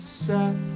set